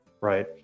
right